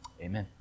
Amen